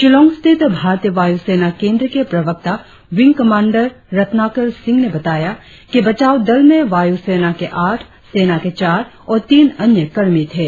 शिलांग स्थित भारतीय वायुसेना केंद्र के प्रवक्ता विंग कमांडर रत्नाकर सिंह ने बताया कि बचाव दल में वायुसेना के आठ सेना के चार और तीन अन्य कर्मी थे